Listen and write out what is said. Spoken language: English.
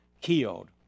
killed